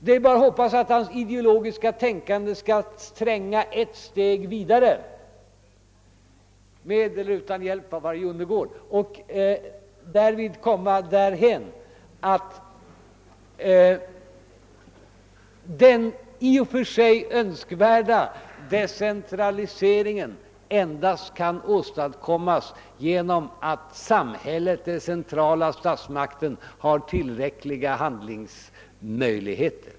Det är bara att hoppas att hans ideologiska tänkande skall tränga ett steg vidare, med eller utan hjälp av herr Jonnergård, och att han därvid skall komma därhän att han inser att den i och för sig önskvärda decentraliseringen endast kan åstadkommas genom att samhället, den centrala statsmakten, har tillräckliga handlingsmöjligheter.